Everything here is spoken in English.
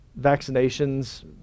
vaccinations